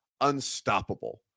unstoppable